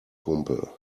kumpel